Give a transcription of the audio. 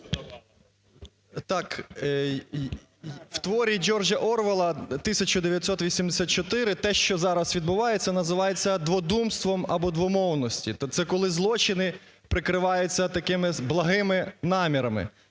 С.І. У творі Джорджа Орвелла "1984" те, що зараз відбувається, називається "дводумством" або "двомовностями", тобто це коли злочини прикриваються такими "благими намірами".